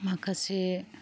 माखासे